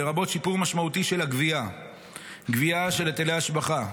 לרבות שיפור משמעותי של הגבייה גבייה של היטלי השבחה,